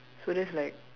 so that's like